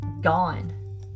gone